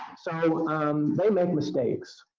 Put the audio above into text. so um they make mistakes.